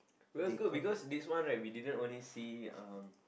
it was good because this one we didn't only see um